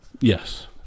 Yes